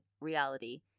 reality